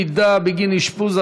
מידע בגין אשפוז),